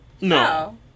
no